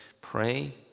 pray